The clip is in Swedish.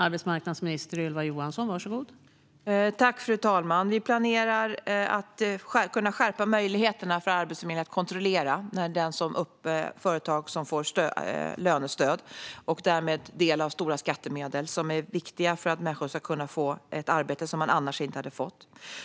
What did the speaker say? Fru talman! Vi planerar att förbättra möjligheterna för Arbetsförmedlingen att skärpa kontrollen av företag som får lönestöd och därmed får del av stora skattemedel som är viktiga för att människor ska kunna få ett arbete som de annars inte hade fått.